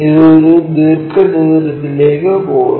ഇത് ഒരു ദീർഘചതുരത്തിലേക്ക് പോകുന്നു